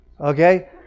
Okay